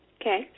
Okay